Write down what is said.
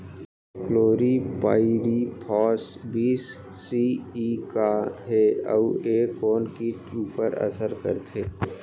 Chlorpyrifos बीस CE का हे अऊ ए कोन किट ऊपर असर करथे?